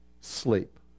sleep